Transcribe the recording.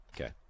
Okay